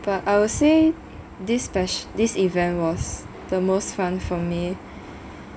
but I will say this spec~ this event was the most fun for me